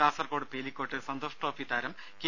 Kasaragod Pilicode Santosh trophy താരം K